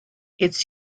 its